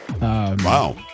wow